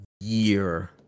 year